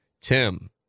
Tim